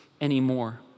anymore